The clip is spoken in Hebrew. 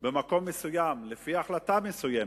במקום מסוים, לפי החלטה מסוימת,